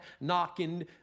knocking